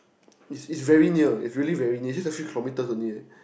is is very near it's really very near it's just a few kilometres only eh